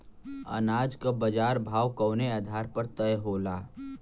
अनाज क बाजार भाव कवने आधार पर तय होला?